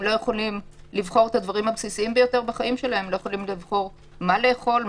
הם לא יכולים לבחור את הדברים הבסיסיים ביותר בחיים שלהם - מה לאכול,